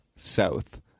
South